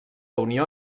unió